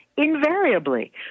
invariably